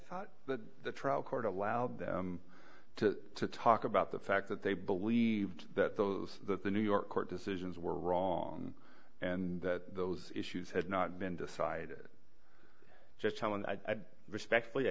thought the trial court allowed them to talk about the fact that they believed that those that the new york court decisions were wrong and that those issues had not been decided just how and i respectfully